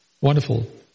Wonderful